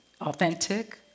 authentic